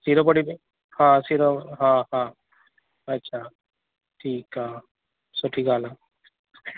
सीरो पूड़ी हा सीरो हा हा अच्छा ठीकु आहे सुठी ॻाल्हि आहे